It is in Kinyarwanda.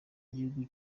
igihugu